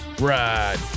ride